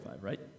right